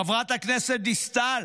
חברת הכנסת דיסטל: